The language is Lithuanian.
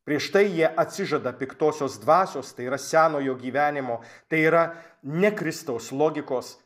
prieš tai jie atsižada piktosios dvasios tai yra senojo gyvenimo tai yra ne kristaus logikos